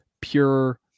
pure